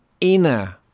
inner